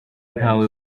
ntawe